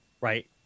right